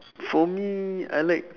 for me I like